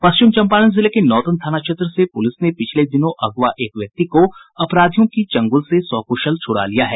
पश्चिम चंपारण जिले के नौतन थाना क्षेत्र से पुलिस ने पिछले दिनों अगवा एक व्यक्ति को अपराधियों की चंगुल से सकुशल छुड़ा लिया है